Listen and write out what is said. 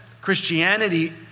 Christianity